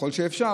ככל שאפשר,